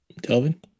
Delvin